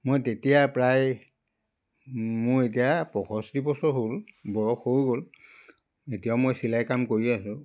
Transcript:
মই তেতিয়া প্ৰায় মোৰ এতিয়া পঁয়ষষ্ঠি বছৰ হ'ল বয়স হৈ গ'ল এতিয়াও মই চিলাই কাম কৰিয়ে আছোঁ